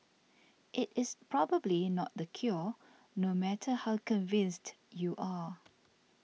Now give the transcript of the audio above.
it is probably not the cure no matter how convinced you are